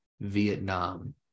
Vietnam